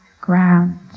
ground